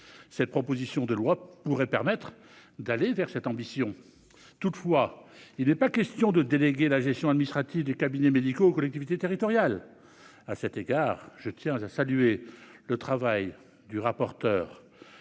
Ce texte pourrait permettrait de tendre vers cette ambition. Toutefois, il n'est pas question de déléguer la gestion administrative des cabinets médicaux aux collectivités territoriales. À cet égard, je tiens à saluer le travail du rapporteur,